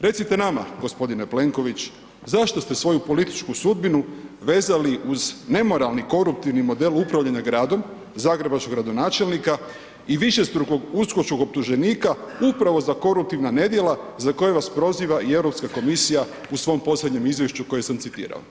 Recite nama g. Plenković, zašto ste svoju političku sudbinu vezali uz nemoralni koruptivni model upravljanja gradom zagrebačkog gradonačelnika i višestrukog USKOK-čkog optuženika upravo za koruptivna nedjela za koje vas proziva i Europska komisija u svom posljednjem izvješću koje sam citirao?